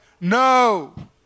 No